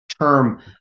term